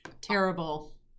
terrible